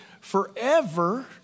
forever